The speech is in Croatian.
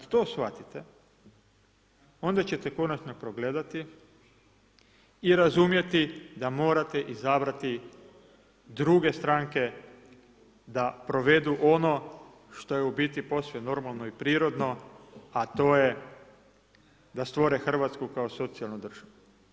Kada to shvatite onda ćete konačno progledati i razumjeti da morate izabrati druge stranke da provedu ono što je u biti posve normalno i prirodno a to je da stvore Hrvatsku kao socijalnu državu.